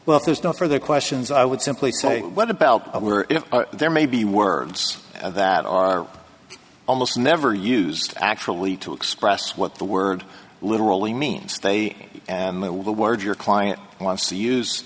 well there's no further questions i would simply say what about there may be words that are almost never used actually to express what the word literally means they and the words your client wants to use